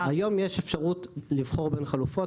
לא, היום יש אפשרות לבחור בין חלופות.